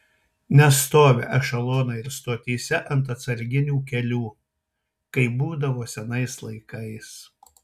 nestovi ešelonai ir stotyse ant atsarginių kelių kaip būdavo senais laikais